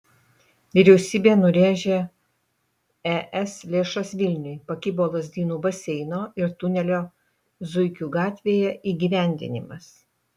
vyriausybė nurėžė es lėšas vilniui pakibo lazdynų baseino ir tunelio zuikių gatvėje įgyvendinimas